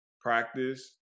practice